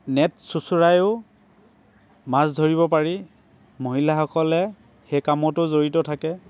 net চোঁচৰায়ো মাছ ধৰিব পাৰি মহিলাসকলে সেই কামতো জড়িত থাকে